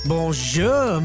Bonjour